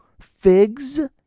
Figs